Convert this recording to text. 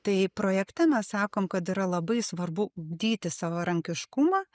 tai projekte mes sakom kad yra labai svarbu ugdyti savarankiškumą